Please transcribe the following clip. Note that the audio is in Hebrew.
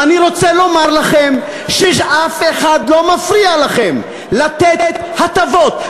ואני רוצה לומר לכם שאף אחד לא מפריע לכם לתת הטבות,